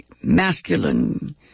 masculine